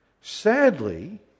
Sadly